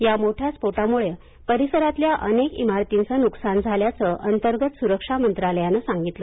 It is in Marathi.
या मोठ्या स्फोटामुळं परिसरातल्या अनेक इमारतींचं नुकसान झाल्याचं अंतर्गत सुरक्षा मंत्रालयानं सांगितलं